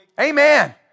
Amen